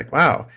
like wow,